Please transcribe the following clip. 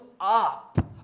up